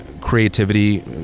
creativity